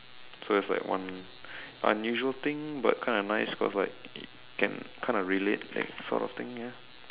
so it's like one unusual thing but kind of nice cause like can kind of relate like sort of thing ya